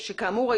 שכאמור,